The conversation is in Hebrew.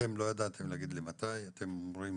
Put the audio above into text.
אתם לא ידעתם להגיד לי מתי, אתם אומרים